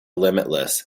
limitless